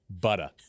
butter